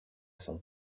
son